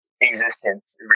existence